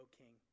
king